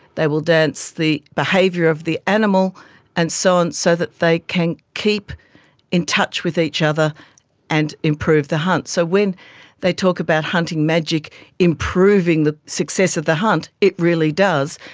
they will dance the behaviour of the animal and so on, so that they can keep in touch with each other and improve the hunt. so when they talk about hunting magic improving the success of the hunt, it really does.